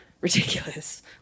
ridiculous